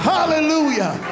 Hallelujah